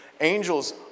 Angels